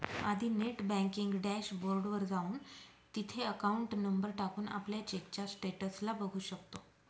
आधी net banking dashboard वर जाऊन, तिथे अकाउंट नंबर टाकून, आपल्या चेकच्या स्टेटस ला बघू शकतो